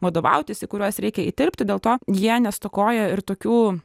vadovautis į kuriuos reikia įterpti dėl to jie nestokoja ir tokių